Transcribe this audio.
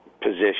position